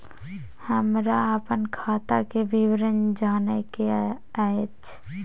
हमरा अपन खाता के विवरण जानय के अएछ?